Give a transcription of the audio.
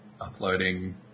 uploading